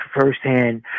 firsthand